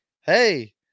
hey